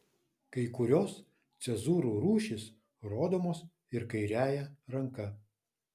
kai kurios cezūrų rūšys rodomos ir kairiąja ranka